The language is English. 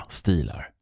stilar